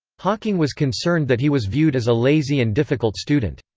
hawking was concerned that he was viewed as a lazy and difficult student.